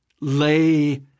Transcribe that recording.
lay